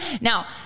now